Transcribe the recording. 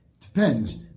depends